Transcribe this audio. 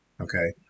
Okay